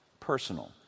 Personal